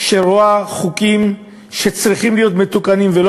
שרואה חוקים שצריכים להיות מתוקנים ולא